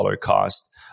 cost